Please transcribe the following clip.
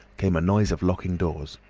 came a noise of locking doors.